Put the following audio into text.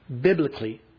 biblically